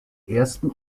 ersten